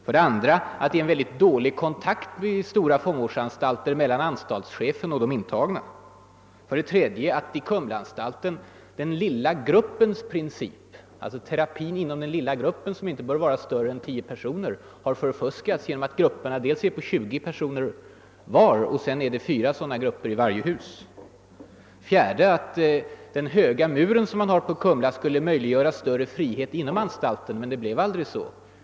2) I stora fångvårdsanstalter råder mycket dålig kontakt mellan anstaltschefen och de intagna. 3) I Kumlaanstalten har den lilla gruppens princip — d.v.s. principen om terapi inom en liten grupp, som inte bör vara större än 10 personer — förfuskats dels genom att grupperna är på 20 personer vardera, dels genom att det finns fyra sådana grupper i varje hus. 4) Den höga muren var bl.a. avsedd att medföra större frihet inom Kumlaanstalten. Men det blev aldrig så.